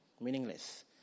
meaningless